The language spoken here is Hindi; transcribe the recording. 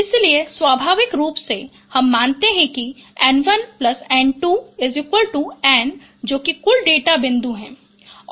इसलिए स्वाभाविक रूप से हम मानते हैं कि N1N2N जो कि कुल डेटा बिंदु है